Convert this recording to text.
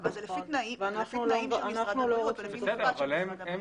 אנחנו באמצע הבחינה של זה להם היה